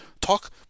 Talk